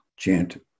chant